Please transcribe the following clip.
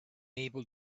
able